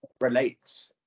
relates